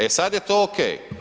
E sad je to ok.